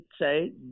say